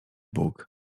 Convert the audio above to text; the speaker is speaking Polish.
bóg